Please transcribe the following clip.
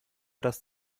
dass